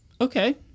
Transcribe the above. Okay